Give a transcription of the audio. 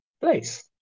place